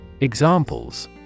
Examples